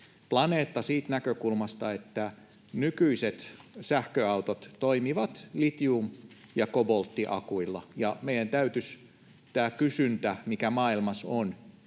Planeetalle siitä näkökulmasta, että nykyiset sähköautot toimivat litium- ja kobolttiakuilla. Meidän täytyisi tämän kysynnän, mikä maailmassa on,